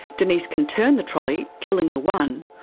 denise can turn the trolley killing the one,